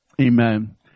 amen